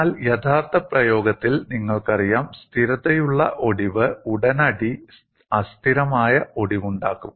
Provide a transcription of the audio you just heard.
എന്നാൽ യഥാർത്ഥ പ്രയോഗത്തിൽ നിങ്ങൾക്കറിയാം സ്ഥിരതയുള്ള ഒടിവ് ഉടനടി അസ്ഥിരമായ ഒടിവുണ്ടാകും